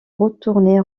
retourné